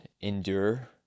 endure